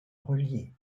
relier